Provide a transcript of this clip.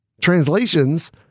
translations